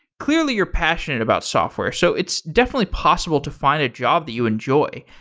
clearly, you're passionate about software. so it's definitely possible to find a job that you enjoy.